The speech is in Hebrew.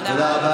תודה רבה.